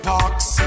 Parks